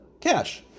Cash